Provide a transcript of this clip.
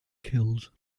killed